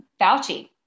Fauci